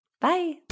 Bye